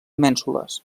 mènsules